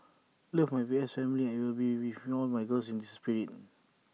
love my V S family and will be with all my girls in spirit